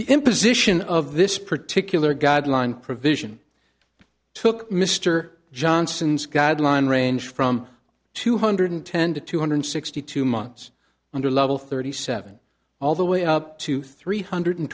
the imposition of this particular guideline provision took mr johnson's guideline range from two hundred ten to two hundred sixty two months under level thirty seven all the way up to three hundred